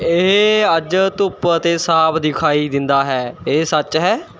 ਇਹ ਅੱਜ ਧੁੱਪ ਅਤੇ ਸਾਫ ਦਿਖਾਈ ਦਿੰਦਾ ਹੈ ਇਹ ਸੱਚ ਹੈ